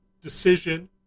decision